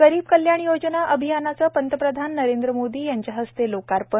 गरीब कल्याण रोजगार अभियानाचं पंतप्रधान नरेंद्र मोदी यांच्या हस्ते आज लोकार्पण